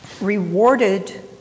rewarded